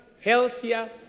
healthier